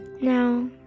Now